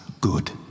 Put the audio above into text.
Good